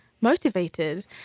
motivated